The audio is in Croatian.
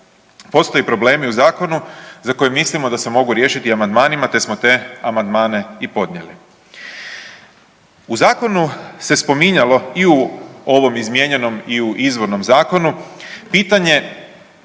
postoje problemi u zakonu za koje mislimo da se mogu riješiti amandmanima, te smo te amandmane i podnijeli. U zakonu se spominjalo i u ovom izmijenjenom i u izvornom zakonu pitanje